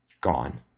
gone